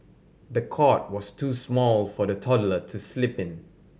the cot was too small for the toddler to sleep in